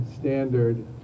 standard